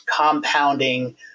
compounding